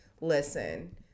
Listen